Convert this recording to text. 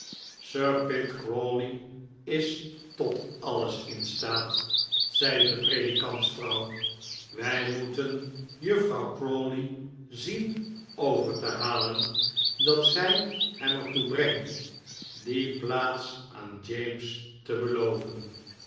crawley is tot alles in staat zeide de predikantsvrouw wij moeten juffrouw crawley zien over te halen dat zij hem er toe brengt die plaats aan james te beloven